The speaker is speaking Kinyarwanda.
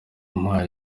umpaye